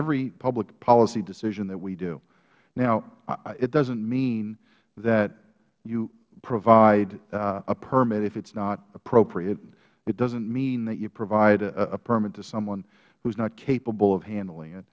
every public policy decision that we do now it doesn't mean that you provide a permit if it's not appropriate it doesn't mean that you provide a permit to someone who's not capable of handling it